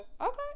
okay